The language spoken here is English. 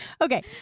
Okay